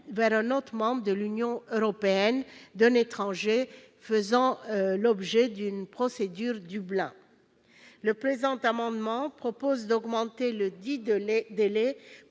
vers un autre État membre de l'Union européenne d'un étranger faisant l'objet d'une procédure Dublin. Le présent amendement tend à augmenter ledit délai